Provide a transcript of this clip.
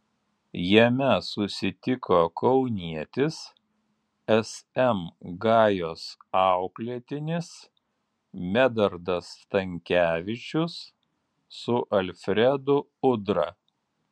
jame susitiko kaunietis sm gajos auklėtinis medardas stankevičius su alfredu udra